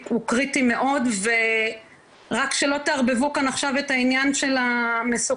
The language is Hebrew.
הוא קריטי מאוד ורק שלא תערבבו כאן עכשיו את העניין של המסוקים,